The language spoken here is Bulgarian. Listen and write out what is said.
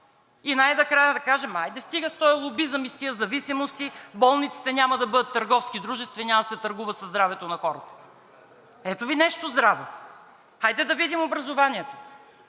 И най-накрая да кажем: хайде стига с този лобизъм и тези зависимости – болниците няма да бъдат търговски дружества и няма да се търгува със здравето на хората! Ето Ви нещо здраво. Хайде да видим образованието.